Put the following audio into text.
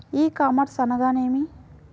ఈ కామర్స్ అనగా నేమి?